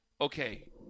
okay